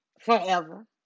forever